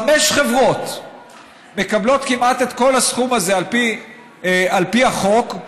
חמש חברות מקבלות כמעט את כל הסכום הזה על פי החוק,